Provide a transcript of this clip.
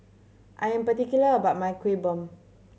I'm particular about my Kueh Bom